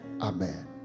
Amen